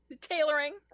tailoring